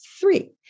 three